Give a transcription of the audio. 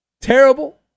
terrible